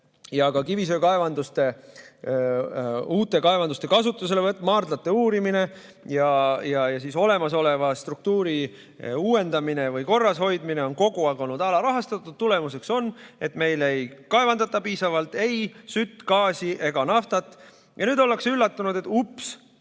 ja ka kivisöekaevanduste, uute kaevanduste kasutuselevõtt, maardlate uurimine ja olemasoleva struktuuri uuendamine või korrashoidmine on kogu aeg olnud alarahastatud. Tulemuseks on, et meil ei kaevandata piisavalt ei sütt, gaasi ega naftat. Ja nüüd ollakse üllatunud, et ups,